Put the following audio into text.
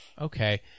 okay